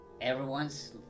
Everyone's